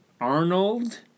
Arnold